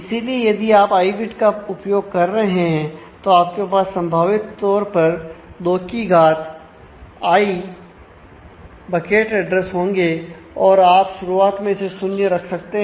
इसीलिए यदि आप आई बिट का उपयोग कर रहे हैं तो आपके पास संभावित तौर पर 2 की घात I बकेट एड्रेस होंगे और आप शुरुआत में इसे शून्य रख सकते हैं